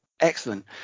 Excellent